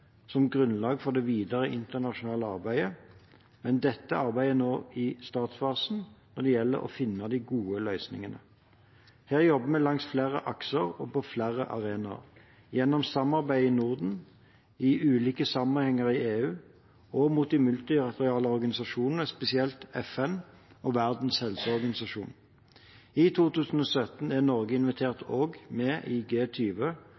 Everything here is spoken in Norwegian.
som grunnlag for det videre internasjonale arbeidet, men dette arbeidet er nå i startfasen, og det gjelder å finne de gode løsningene. Her jobber vi langs flere akser og på flere arenaer – gjennom samarbeid i Norden, i ulike sammenhenger i EU og mot de multilaterale organisasjonene, spesielt FN og Verdens helseorganisasjon. I 2017 er Norge også invitert med i